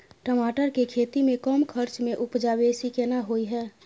टमाटर के खेती में कम खर्च में उपजा बेसी केना होय है?